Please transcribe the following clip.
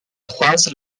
croise